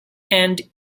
and